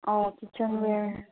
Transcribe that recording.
ꯑꯣ ꯀꯤꯆꯟ ꯌꯦꯌꯥꯔ